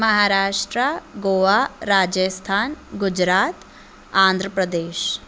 Maharashtra Goa Rajasthan Gujarat Andhra Pradesh